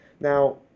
Now